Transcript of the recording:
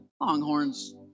Longhorns